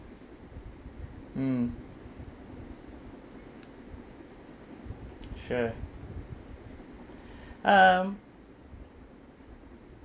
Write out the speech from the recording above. mm sure um